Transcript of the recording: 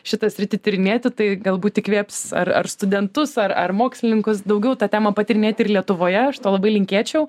šitą sritį tyrinėti tai galbūt įkvėps ar ar studentus ar ar mokslininkus daugiau tą temą patyrinėti ir lietuvoje aš to labai linkėčiau